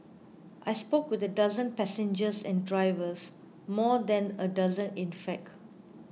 I spoke with a dozen passengers and drivers more than a dozen in fact